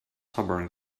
stubborn